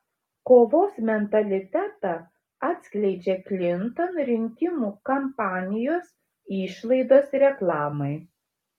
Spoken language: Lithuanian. kovos mentalitetą atskleidžia klinton rinkimų kampanijos išlaidos reklamai